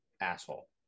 asshole